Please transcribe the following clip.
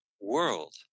world